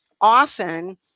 often